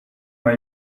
are